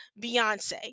Beyonce